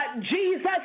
Jesus